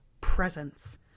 presence